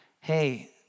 hey